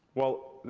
well,